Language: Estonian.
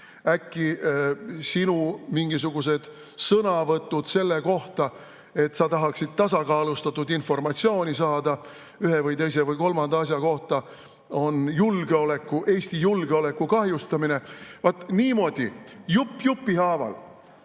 Äkki sinu mingisugused sõnavõtud, et sa tahaksid tasakaalustatud informatsiooni saada ühe või teise või kolmanda asja kohta, on Eesti julgeoleku kahjustamine. Vaat niimoodi jupp jupi haaval,